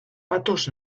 patos